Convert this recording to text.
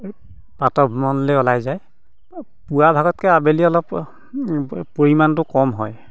প্ৰাতঃ ভ্ৰমণলৈ ওলাই যায় পুৱাভাগতকৈ আবেলি অলপ পৰিমাণটো কম হয়